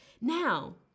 now